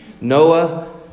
Noah